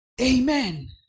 Amen